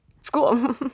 school